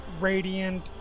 radiant